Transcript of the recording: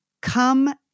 Come